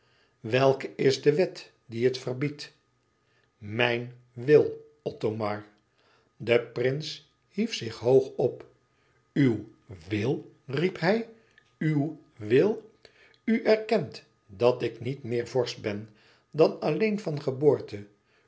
welke is de wet die het verbiedt mijn wil othomar de prins hief zich hoog op uw wil riep hij uw wil u erkent dat ik niet meer vorst ben dan alleen van geboorte